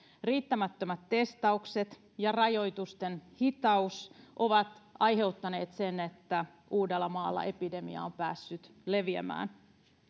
riittämättömät testaukset ja rajoitusten hitaus ovat aiheuttaneet sen että uudellamaalla epidemia on päässyt leviämään